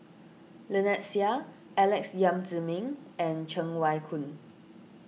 Lynnette Seah Alex Yam Ziming and Cheng Wai Keung